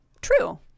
true